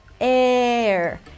air